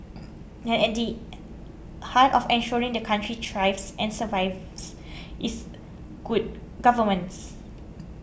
and at the heart of ensuring the country thrives and survives is good governance